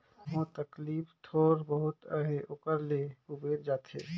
कहो तकलीफ थोर बहुत अहे ओकर ले उबेर जाथे